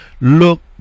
look